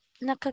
na